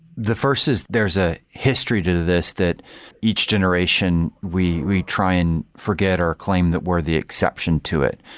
the first is there is a history to this that each generation we and try and forget our claim that we're the exception to it.